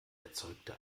erzeugte